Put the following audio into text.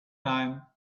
time